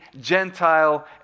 Gentile